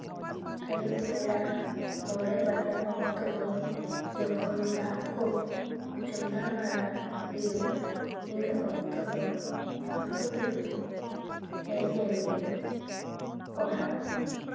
ᱟᱹᱭᱩᱵ ᱵᱮᱲᱟ ᱢᱚᱬᱮ ᱵᱟᱡᱟᱜ ᱚᱠᱛᱚ ᱫᱚ ᱡᱚᱠᱷᱚᱱ ᱫᱟᱜ ᱠᱚ ᱪᱚᱸᱫᱟ ᱵᱟᱲᱟ ᱦᱩᱭᱩᱜ ᱤᱱᱟᱹ ᱚᱠᱛᱚ ᱫᱚ ᱟᱠᱳ ᱛᱮᱠᱚ ᱦᱮᱡ ᱮᱱᱜᱮ ᱚᱲᱟᱜ